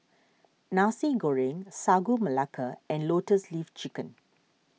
Nasi Goreng Sagu Melaka and Lotus Leaf Chicken